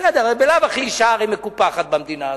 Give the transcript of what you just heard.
בסדר, הרי בלאו הכי אשה מקופחת במדינה הזאת.